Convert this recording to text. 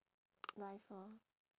life lor